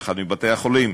באחד מבתי-החולים,